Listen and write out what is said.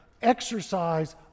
exercise